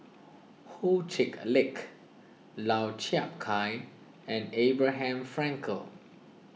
Ho Check Lick Lau Chiap Khai and Abraham Frankel